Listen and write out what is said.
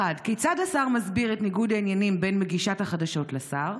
1. כיצד השר מסביר את ניגוד העניינים בין מגישת החדשות לשר?